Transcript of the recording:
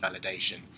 validation